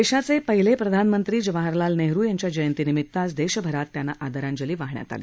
देशाचे पहिले प्रधानमंत्री जवाहरलाल नेहरु यांच्या जयंतीनिमित आज देशभरात त्यांना आदरांजली वाहण्यात आली